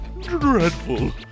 dreadful